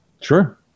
sure